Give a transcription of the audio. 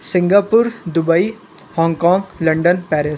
Singapore Dubai Hong Kong London Paris